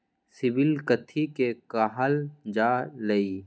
CIBIL कथि के काहल जा लई?